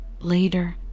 Later